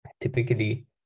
typically